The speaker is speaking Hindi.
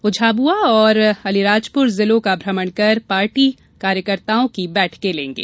वह झाबुआ और आलिराजपुर जिलों का भ्रमण कर पार्टी कार्यकर्ताओं की बैंठके लेगें